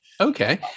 Okay